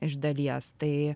iš dalies tai